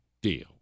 deal